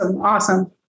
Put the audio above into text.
Awesome